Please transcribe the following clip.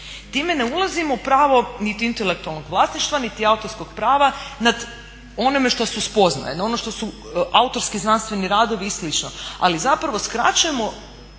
Time ne ulazimo pravo niti intelektualnog vlasništva niti autorskog prava nad onime što su spoznaje, no ono što autorski znanstveni radovi i slično. Ali zapravo skraćujemo